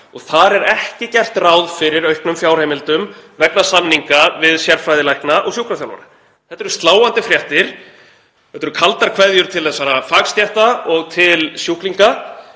og þar er ekki gert ráð fyrir auknum fjárheimildum vegna samninga við sérfræðilækna og sjúkraþjálfara. Þetta eru sláandi fréttir. Þetta eru kaldar kveðjur til þessara fagstétta og til sjúklinga